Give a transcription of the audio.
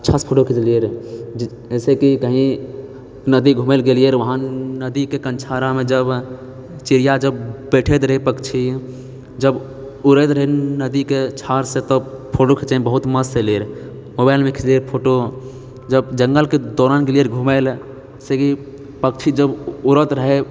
अच्छासे फोटो खिचलियैरऽ जैसेकी कही नदी घुमैला गेलियैरऽ वहाँ नदीके कंछारामे जब चिड़िया जब बैठैत रहै पक्षी जब उड़ैत रहै नदीके छारसँ तब फोटो खीचैमे बहुत मस्त एलैरऽ मोबाइलमे खिचलियै फोटो जब जङ्गलके दौरान गेलियैरऽ घुमैला जैसेकी पक्षी जब उड़त रहै